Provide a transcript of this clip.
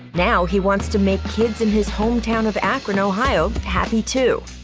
now he wants to make kids in his home town of akron, ohio, happy, too.